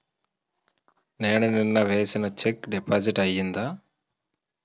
నేను నిన్న వేసిన చెక్ డిపాజిట్ అయిందా?